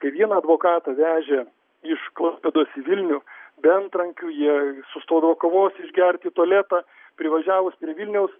kai vieną advokatą vežė iš klaipėdos į vilnių be antrankių jie sustodavo kavos išgerti į tualetą privažiavus prie vilniaus